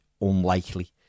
unlikely